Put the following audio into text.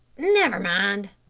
never mind,